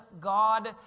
God